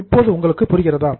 இப்போது உங்களுக்கு புரிகிறதா